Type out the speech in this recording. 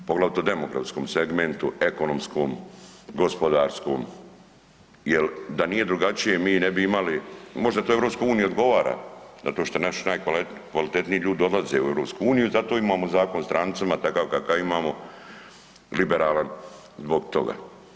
Poglavito demografskom segmentu, ekonomskom, gospodarskom jel da nije drugačije mi ne bi imali, možda to EU odgovara da to što naši najkvalitetniji ljudi odlaze u EU zato imamo Zakon o strancima takav kakav imamo liberalan zbog toga.